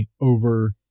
over